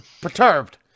Perturbed